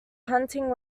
hunting